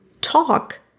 talk